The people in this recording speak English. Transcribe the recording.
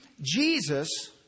Jesus